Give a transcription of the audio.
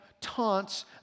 taunts